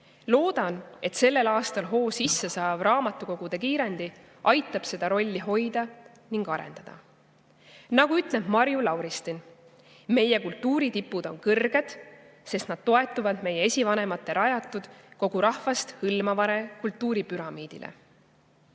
Loodan, et sellel aastal hoo sisse saav "Raamatukogude kiirendi" aitab seda rolli hoida ning arendada. Nagu ütleb Marju Lauristin, meie kultuuritipud on kõrged, sest nad toetuvad meie esivanemate rajatud kogu rahvast hõlmavale kultuuripüramiidile.